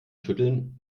schütteln